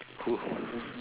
who